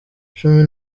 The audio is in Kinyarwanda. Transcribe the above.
cumi